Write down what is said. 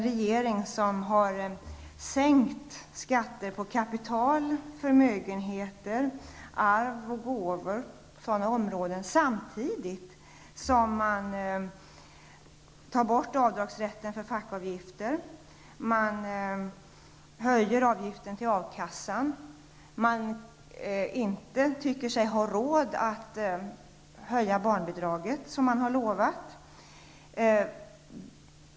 Regeringen sänker ju skatten på kapital, förmögenheter, arv och gåvor, samtidigt som den tar bort avdragsrätten för fackavgifter, höjer avgiften till A-kassan och inte tycker sig ha råd att höja barnbidraget, som man hade lovat.